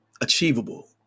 achievable